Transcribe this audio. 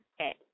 Okay